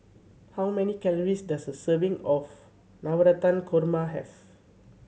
how many calories does a serving of Navratan Korma have